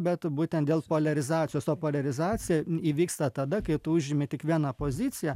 bet būtent dėl poliarizacijos o poliarizacija įvyksta tada kai tu užimi tik vieną poziciją